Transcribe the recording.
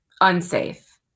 unsafe